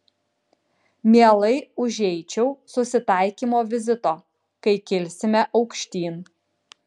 mielai užeičiau susitaikymo vizito kai kilsime aukštyn